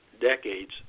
decades